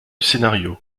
scénario